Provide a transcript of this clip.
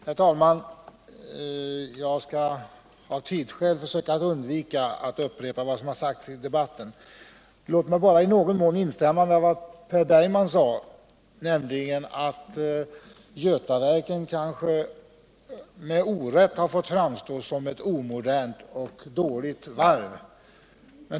Herr talman! Jag skall av tidsskäl försöka undvika att upprepa vad som redan har sagts i debatten. Låt mig i någon mån instämma i vad Per Bergman sade om att Götaverken kanske med orätt fått framstå som ett omodernt och dåligt varv.